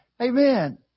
Amen